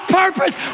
purpose